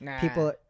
people